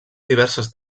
diverses